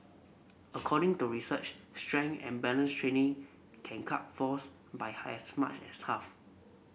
according to research strength and balance training can cut falls by hires much as half